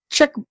Check